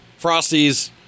Frosties